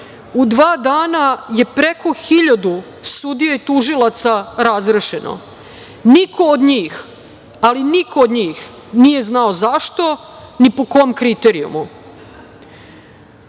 u dva dana preko hiljadu sudija i tužilaca razrešeno. Niko od njih, ali niko od njih nije znao zašto, ni po kom kriterijumu.